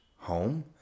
home